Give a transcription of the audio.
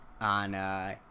on